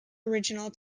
original